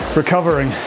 recovering